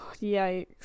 yikes